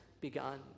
begun